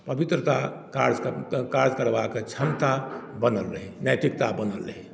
पवित्रता काज कर काज करबाक क्षमता बनल रहय नैतिकता बनल रहय